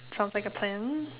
sounds like a plan